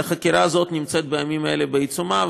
החקירה הזאת נמצאת בימים אלו בעיצומה,